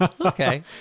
Okay